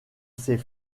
ses